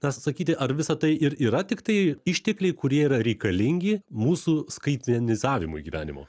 ar sakyti ar visa tai ir yra tiktai ištekliai kurie yra reikalingi mūsų skaitmenizavimui gyvenimo